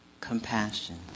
compassion